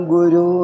Guru